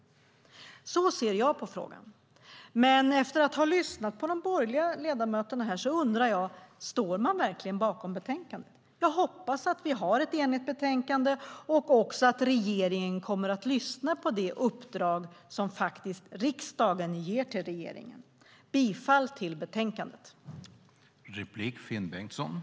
Så ser jag på frågan. Efter att ha lyssnat på de borgerliga ledamöterna här undrar jag: Står de verkligen bakom betänkandet? Jag hoppas att vi har ett enigt betänkande och att regeringen kommer att lyssna på det uppdrag som riksdagen ger till regeringen. Jag yrkar bifall till utskottets förslag i betänkandet.